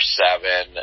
seven